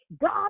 God